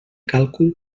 càlcul